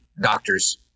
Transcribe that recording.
doctors